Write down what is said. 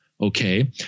Okay